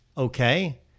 Okay